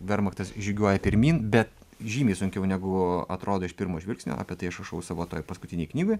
vermachtas žygiuoja pirmyn bet žymiai sunkiau negu atrodo iš pirmo žvilgsnio apie tai aš rašau savo toj paskutinėj knygoj